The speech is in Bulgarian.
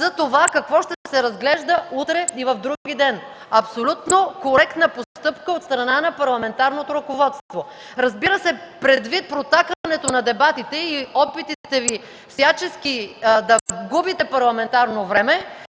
за това какво ще се разглежда утре и вдругиден – абсолютно коректна постъпка от страна на парламентарното ръководство. Разбира се, предвид протакането на дебатите и опитите Ви всячески да губите парламентарно време